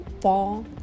fall